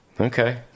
Okay